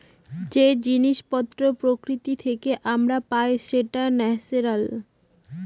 যে জিনিস পত্র প্রকৃতি থেকে আমরা পাই সেটা ন্যাচারাল